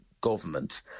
government